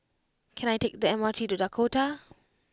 can I take the M R T to Dakota